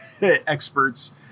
experts